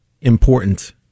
important